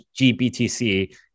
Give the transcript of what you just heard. GBTC